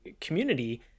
community